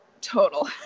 total